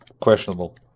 Questionable